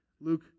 Luke